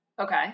Okay